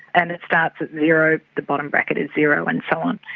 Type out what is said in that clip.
and it starts at zero, the bottom bracket is zero, and so on.